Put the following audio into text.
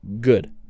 good